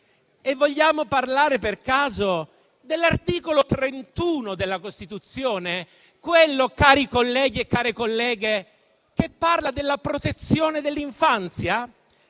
Vogliamo parlare dell'articolo 31 della Costituzione, quello - cari colleghi e care colleghe - che parla della protezione dell'infanzia?